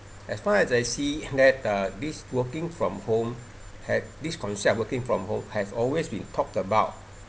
as long as I see that uh this working from home have this concept working from home has always been talked about